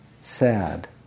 sad